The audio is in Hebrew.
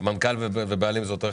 לא במשחקים,